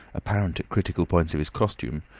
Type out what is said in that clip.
apparent at critical points of his costume,